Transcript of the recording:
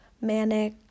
manic